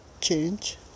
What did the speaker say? change